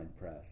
press